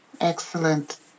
Excellent